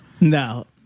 No